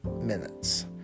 minutes